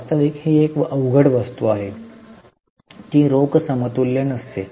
वास्तविक ही एक अवघड वस्तू आहे ती रोख समतुल्य नसते